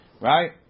Right